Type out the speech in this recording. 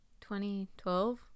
2012